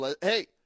Hey